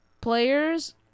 players